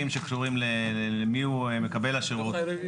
זה נכון,